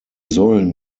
sollen